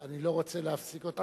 אני לא רוצה להפסיק אותך,